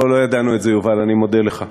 לא ידענו את זה, יובל, אני מודה לך.